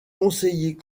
conseiller